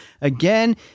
Again